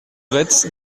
retz